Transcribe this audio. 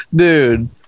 Dude